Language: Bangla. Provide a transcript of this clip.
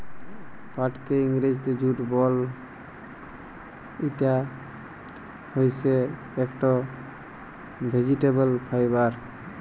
পাটকে ইংরজিতে জুট বল, ইটা হইসে একট ভেজিটেবল ফাইবার